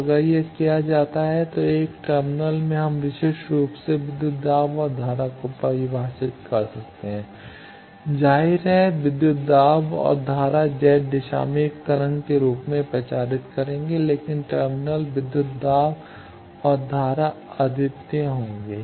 तो अगर यह किया जाता है तो एक टर्मिनल में हम विशिष्ट रूप से विद्युत दाब और धारा को परिभाषित कर सकते हैं जाहिर है विद्युत दाब और धारा Z दिशा में एक तरंग के रूप में प्रचारित करेंगे लेकिन टर्मिनल विद्युत दाब और धारा वे अद्वितीय होंगे